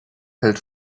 hält